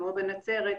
כמו בנצרת,